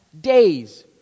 days